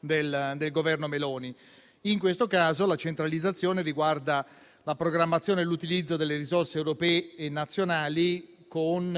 del Governo Meloni. In questo caso, la centralizzazione riguarda la programmazione e l'utilizzo delle risorse europee e nazionali, con